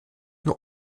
nur